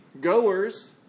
goers